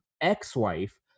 ex-wife